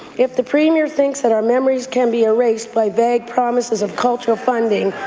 if the premier thinks that our memories can be erased by vague promises of cultural funding,